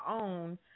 own